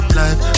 life